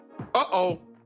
Uh-oh